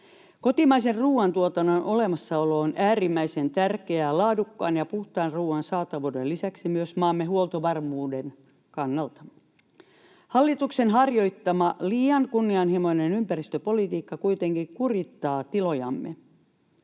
Kotimaisen ruoantuotannon olemassaolo on äärimmäisen tärkeää laadukkaan ja puhtaan ruoan saatavuuden lisäksi myös maamme huoltovarmuuden kannalta. Hallituksen harjoittama liian kunnianhimoinen ympäristöpolitiikka kuitenkin kurittaa tilojamme